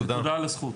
תודה על הזכות.